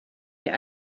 der